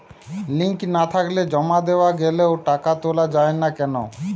Link না থাকলে জমা দেওয়া গেলেও টাকা তোলা য়ায় না কেন?